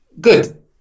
Good